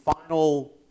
final